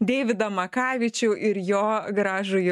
deividą makavičių ir jo gražųjį